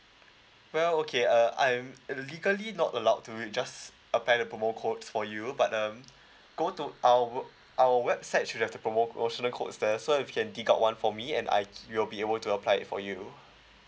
well okay uh I am legally not allowed to just apply the promo codes for you but um go to our our website should have the promo~ ~motional codes there so if you can dig out one for me and I will be able to apply it for you